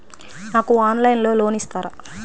నాకు ఆన్లైన్లో లోన్ ఇస్తారా?